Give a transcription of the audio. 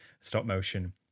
stop-motion